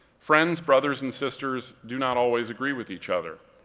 friends, brothers, and sisters do not always agree with each other,